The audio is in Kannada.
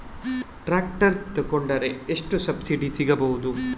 ಟ್ರ್ಯಾಕ್ಟರ್ ತೊಕೊಂಡರೆ ಎಷ್ಟು ಸಬ್ಸಿಡಿ ಸಿಗಬಹುದು?